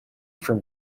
from